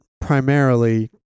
primarily